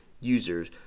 users